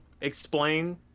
explain